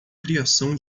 criação